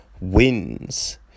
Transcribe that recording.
wins